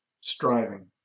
striving